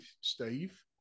Steve